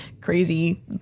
crazy